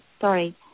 Sorry